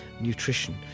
nutrition